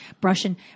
Brushing